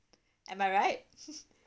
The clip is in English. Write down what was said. am I right